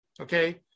okay